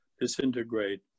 disintegrate